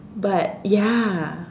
but ya